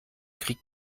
krieg